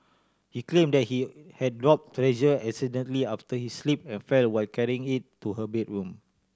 he claimed that he had drop Treasure accidentally after he slip and fell while carrying it to her bedroom